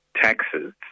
Taxes